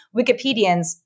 Wikipedians